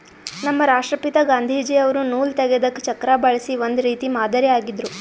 ನಮ್ ರಾಷ್ಟ್ರಪಿತಾ ಗಾಂಧೀಜಿ ಅವ್ರು ನೂಲ್ ತೆಗೆದಕ್ ಚಕ್ರಾ ಬಳಸಿ ಒಂದ್ ರೀತಿ ಮಾದರಿ ಆಗಿದ್ರು